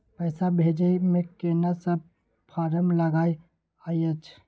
पैसा भेजै मे केना सब फारम लागय अएछ?